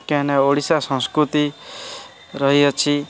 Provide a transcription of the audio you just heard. ନା ଓଡ଼ିଶା ସଂସ୍କୃତି ରହିଅଛି